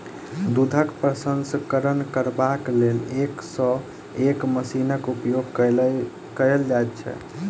दूधक प्रसंस्करण करबाक लेल एक सॅ एक मशीनक उपयोग कयल जाइत छै